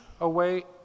away